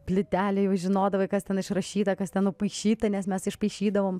plytelė jau žinodavai kas ten išrašyta kas ten nupaišyta nes mes išmaišydavom